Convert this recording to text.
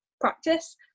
practice